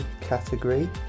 category